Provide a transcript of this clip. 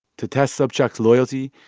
to test sobchak's loyalty,